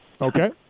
Okay